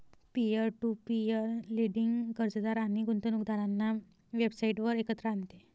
peer to peer lending कर्जदार आणि गुंतवणूकदारांना वेबसाइटवर एकत्र आणते